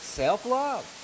self-love